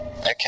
Okay